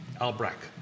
Albrecht